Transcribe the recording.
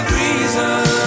reason